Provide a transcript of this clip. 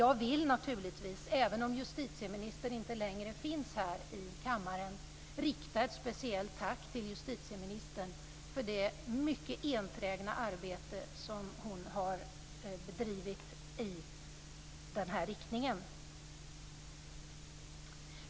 Jag vill naturligtvis, även om hon inte längre finns här i kammaren, rikta ett speciellt tack till justitieministern för det mycket enträgna arbete som hon har bedrivit i den här riktningen.